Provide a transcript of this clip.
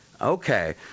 okay